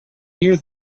near